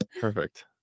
Perfect